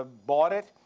ah bought it.